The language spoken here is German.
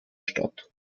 statt